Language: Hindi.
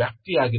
है